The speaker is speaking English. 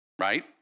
right